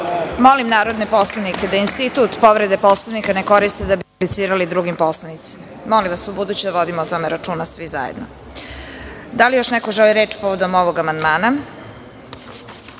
Molim narodne poslanike da institut povrede Poslovnika ne koriste da bi replicirali drugim poslanicima. Molim vas u buduće da vodimo računa svi zajedno. Da li još neko želi reč povodom ovog amandmana?